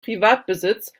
privatbesitz